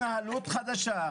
יש התנהלות חדשה,